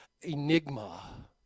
enigma